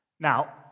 Now